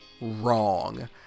wrong